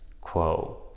quo